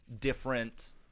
different